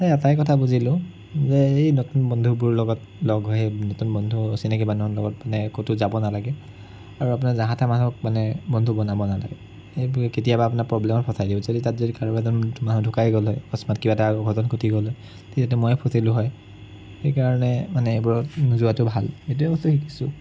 সেই এটাই কথা বুজিলোঁ যে এই নতুন বন্ধুবোৰৰ লগত লগ হৈ নতুন বন্ধু অচিনাকি মানুহৰ লগত মানে ক'তো যাব নালাগে আৰু আপোনাৰ যাহা তাহা মানুহক মানে বন্ধু বনাব নালাগে সেইবোৰে কেতিয়াবা আপোনাক প্ৰব্লেমত ফচাই দিব যদি তাত যদি কাৰোবাৰ এজন মানুহ ঢুকাই গ'ল হয় অকস্মাত কিবা এটা আৰু অঘটন ঘটি গ'ল হয় তেতিয়াতো ময়েই ফচিলোঁ হয় সেইকাৰণে মানে এইবোৰত নোযোৱাটো ভাল সেইটোৱে বস্তু শিকিছোঁ